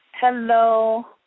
Hello